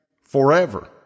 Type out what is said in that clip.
forever